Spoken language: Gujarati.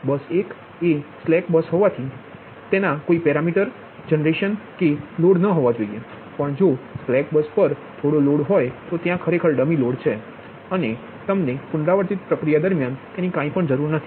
અને બસ 1 એ સ્લેક બસ છે તેથી કોઈ પેરામીટર જનરેશન કે કોઈ લોડ ન હોવો જોઈએ પણ જો સ્લેક બસ પર જો થોડો લોડ હોય તો ત્યાં તે ખરેખર ડમી લોડ છે અને તમને પુનરાવર્તિત પ્રક્રિયા દરમિયાન તેની કંઈપણ જરૂર નથી